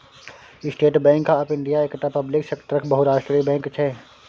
state Bank of India एकटा public सेक्टरक बहुराष्ट्रीय बैंक छै